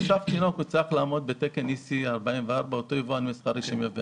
מושב לתינוק צריך לעמוד בתקן 44EC לאותו יבואן מסחרי שמייבא.